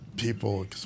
people